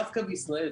דווקא בישראל,